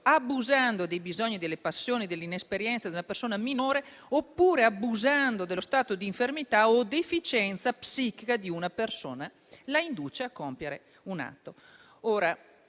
abusando dei bisogni, delle passioni o della inesperienza di una persona minore, ovvero abusando dello stato d'infermità o deficienza psichica di una persona (...) la induce a compiere un atto».